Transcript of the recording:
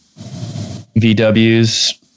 VWs